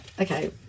Okay